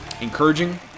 encouraging